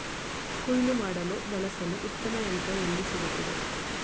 ಕುಯ್ಲು ಮಾಡಲು ಬಳಸಲು ಉತ್ತಮ ಯಂತ್ರ ಎಲ್ಲಿ ಸಿಗುತ್ತದೆ?